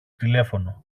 τηλέφωνο